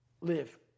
live